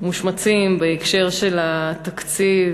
מושמצים בהקשר של התקציב.